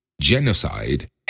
Genocide